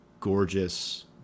Gorgeous